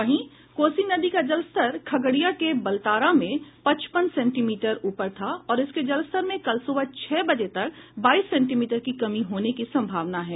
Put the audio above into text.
वहीं कोसी नदी का जलस्तर खगड़िया के बलतारा में पचपन सेंटीमीटर ऊपर था और इसके जलस्तर में कल सुबह छह बजे तक बाईस सेंटीमीटर की कमी होने की संभावना है